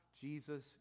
Jesus